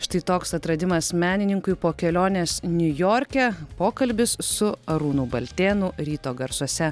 štai toks atradimas menininkui po kelionės niujorke pokalbis su arūnu baltėnu ryto garsuose